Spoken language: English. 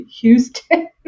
Houston